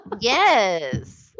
Yes